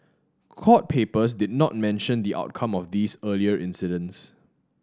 court papers did not mention the outcome of these earlier incidents